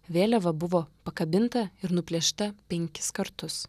vėliava buvo pakabinta ir nuplėšta penkis kartus